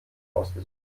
ausgesucht